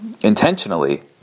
intentionally